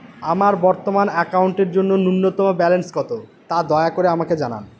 আমার বর্তমান অ্যাকাউন্টের জন্য ন্যূনতম ব্যালেন্স কত, তা দয়া করে আমাকে জানান